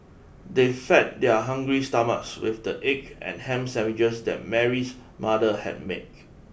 they fed their hungry stomachs with the egg and ham sandwiches that Mary's mother had make